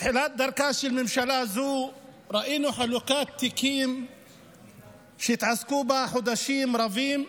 בתחילת דרכה של הממשלה הזו ראינו חלוקת תיקים שהתעסקו בה חודשים רבים,